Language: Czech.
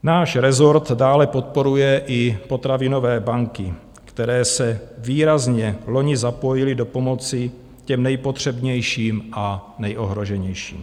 Náš rezort dále podporuje i potravinové banky, které se výrazně loni zapojily do pomoci těm nejpotřebnějším a nejohroženějším.